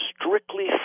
strictly